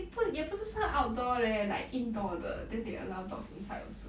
也不也不是说 outdoor leh like indoor 的 then they allow dogs inside also